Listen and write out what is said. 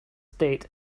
date